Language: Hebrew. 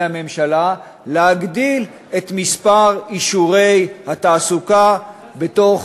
הממשלה להגדיל את מספר אישורי התעסוקה בתוך